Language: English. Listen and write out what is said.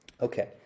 Okay